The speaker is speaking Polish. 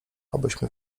obyśmy